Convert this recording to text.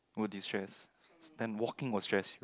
would destress and walking will stress